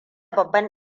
babban